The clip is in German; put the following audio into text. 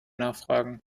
nachfragen